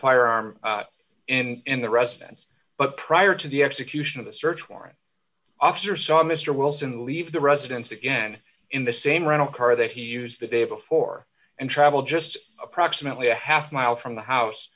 firearm in the residence but prior to the execution of the search warrant officer saw mister wilson leave the residence again in the same rental car that he used the day before and travel just approximately a half mile from the house